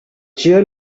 chair